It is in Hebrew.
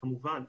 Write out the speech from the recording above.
כמובן.